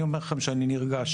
אני אומר לכם שאני נרגש,